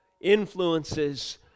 influences